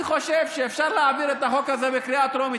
אני חושב שאפשר להעביר את החוק הזה בקריאה טרומית.